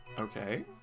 Okay